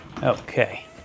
Okay